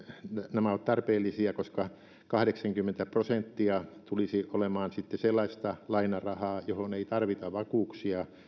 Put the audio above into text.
nämä ovat tarpeellisia koska kahdeksankymmentä prosenttia tulisi olemaan sitten sellaista lainarahaa johon ei tarvita vakuuksia